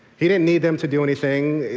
he didn't need them to do anything.